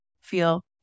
feel